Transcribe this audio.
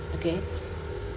okay